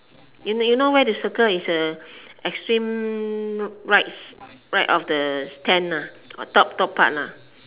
you you know where to circle is a extreme right right of the tent top top part lah